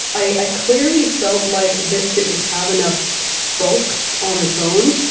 i clearly felt like this didn't have enough bulk on its own.